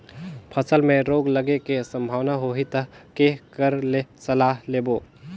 फसल मे रोग लगे के संभावना होही ता के कर ले सलाह लेबो?